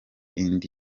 indi